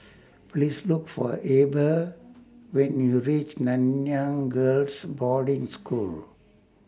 Please Look For Eber when YOU REACH Nanyang Girls' Boarding School